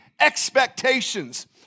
expectations